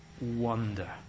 wonder